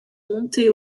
montées